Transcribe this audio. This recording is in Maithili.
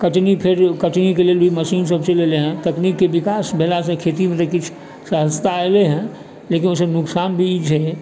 कटनीके लेल भी मशीन सब चलि एलै हँ तकनीकमे विकास भेलासँ खेतीमे तऽ किछु सहजता अयलै हँ लेकिन ओहिसँ नोकसान भी छै